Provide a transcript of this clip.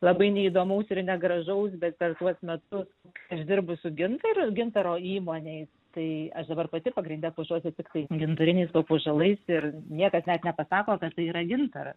labai neįdomaus ir negražaus bet per tuos metus aš dirbu su gintaru gintaro įmonėj tai aš dabar pati pagrinde puošiuosi tiktai gintariniais papuošalais ir niekas net nepasako kad tai yra gintaras